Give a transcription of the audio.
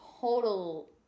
total